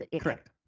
Correct